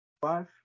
Five